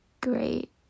great